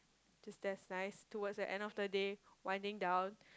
to nice towards the end of the day winding down